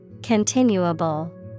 Continuable